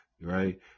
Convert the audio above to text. right